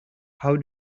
how